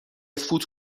فوت